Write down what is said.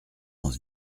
dans